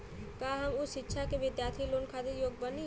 का हम उच्च शिक्षा के बिद्यार्थी लोन खातिर योग्य बानी?